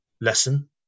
lesson